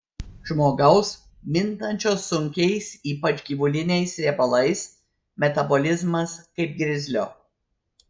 žmogaus mintančio sunkiais ypač gyvuliniais riebalais metabolizmas kaip grizlio